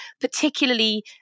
particularly